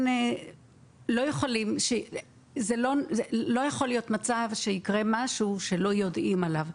לא יכול להיות מצב שיקרה משהו שלא יודעים עליו.